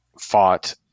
fought